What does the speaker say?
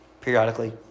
Periodically